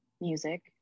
music